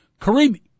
Karimi